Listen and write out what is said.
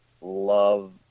love